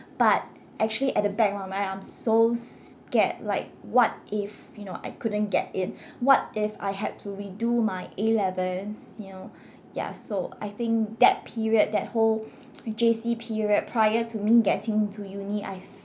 but actually at the back of my mind I'm so scared like what if you know I couldn't get in what if I had to redo my A levels you know ya so I think that period that whole J_C period prior to me getting into uni I